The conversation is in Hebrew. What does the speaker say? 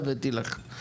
הבאתי לך שאלה קשה.